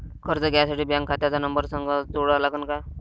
कर्ज घ्यासाठी बँक खात्याचा नंबर संग जोडा लागन का?